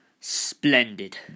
Splendid